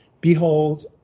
Behold